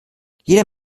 jeder